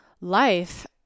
life